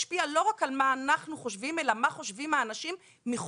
משפיע לא רק על מה שאנו חושבים אלא מה חושבים האנשים מחוץ.